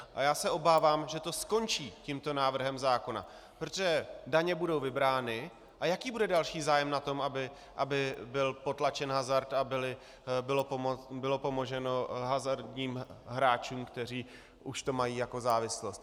A já se obávám, že to skončí tímto návrhem zákona, protože daně budou vybrány, a jaký bude další zájem na tom, aby byl potlačen hazard a bylo pomoženo hazardním hráčům, kteří už to mají jako závislost?